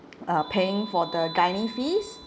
uh paying for the gynae fees